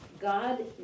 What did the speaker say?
God